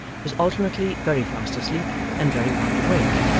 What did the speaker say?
was alternately very fast asleep and very wide awake,